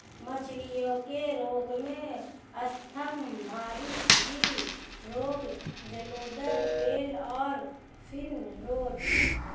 मछलियों के रोग हैं स्तम्भारिस, गिल रोग, जलोदर, टेल और फिन रॉट